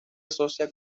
asocia